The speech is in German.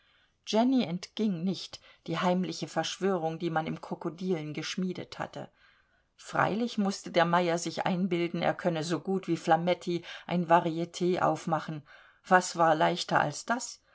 jenny entging nicht die heimliche verschwörung die man im krokodilen geschmiedet hatte freilich mußte der meyer sich einbilden er könne so gut wie flametti ein variet aufmachen was war leichter als das